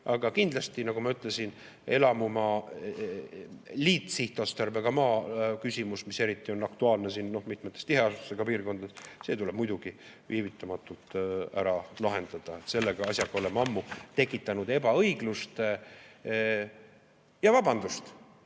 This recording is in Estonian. Aga kindlasti, nagu ma ütlesin, liitsihtotstarbega maa küsimus, mis on eriti aktuaalne mitmetes tiheasustusega piirkondades, tuleb muidugi viivitamata ära lahendada. Selle asjaga oleme ammu tekitanud ebaõiglust. Ja, vabandust,